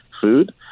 food